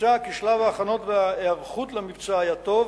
נמצא כי שלב ההכנות וההיערכות למבצע היה טוב,